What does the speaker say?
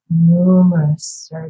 numerous